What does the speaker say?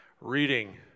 reading